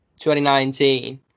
2019